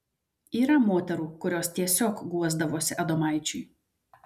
yra moterų kurios tiesiog guosdavosi adomaičiui